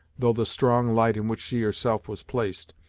though the strong light in which she herself was placed,